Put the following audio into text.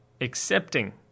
accepting